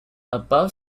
above